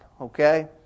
Okay